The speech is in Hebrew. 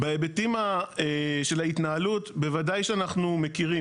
בהיבטים של ההתנהלות, בוודאי שאנחנו מכירים.